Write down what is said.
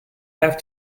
have